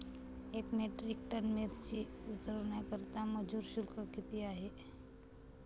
एक metric ton मिरची उतरवण्याकरता मजूर शुल्क किती आहे?